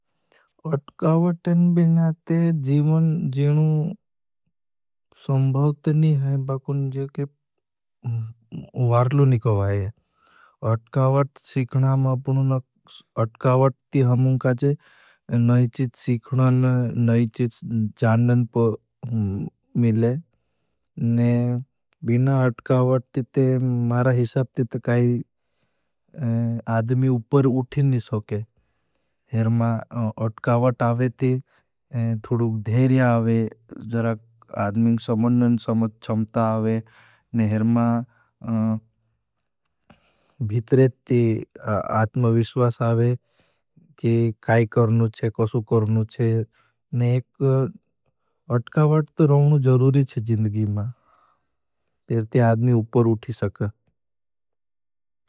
अट्कावाट इन बिना ते जीवन जीवनू संभावतनी है, बाकुन जीके वारलू निकवा है। अट्कावाट सीखना में अपनू अट्कावाट ती हमोंका जे नईचीच सीखनन, नईचीच जानन पर मिले। बिना अट्कावाट ती ते मारा हिसाब ती ते काई आदमी उपर उठीनी सोके। अट्कावाट आवे ती थोड़ू धेर्या आवे, आद्मिंग समन्यन समत चम्ता आवे, भीत्रे ती आत्मविश्वास आव। काई करनु चे, कसु करनु चे। एक अट्कावाट रोनु जरूरी है जिंदगी मां, तेरे ते आद्मिंग उपर उठी सके।